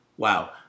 Wow